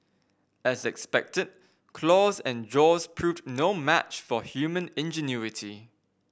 as expected claws and jaws proved no match for human ingenuity